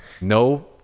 No